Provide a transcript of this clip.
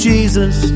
Jesus